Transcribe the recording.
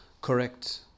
correct